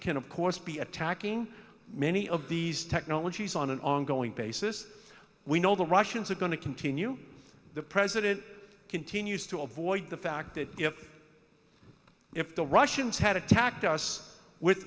can of course be attacking many of these technologies on an ongoing basis we know the russians are going to continue the president continues to avoid the fact that if the russians had attacked us with